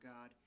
God